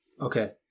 Okay